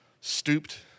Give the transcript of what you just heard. stooped